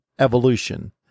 evolution